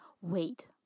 Wait